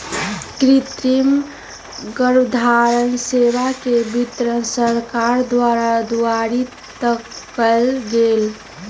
कृतिम गर्भधारण सेवा के वितरण सरकार द्वारा दुआरी तक कएल गेल